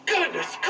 Goodness